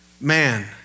man